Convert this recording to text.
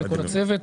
לכל הצוות,